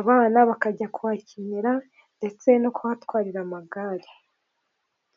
abana bakajya kuhakinira ndetse no kuhatwarira amagare.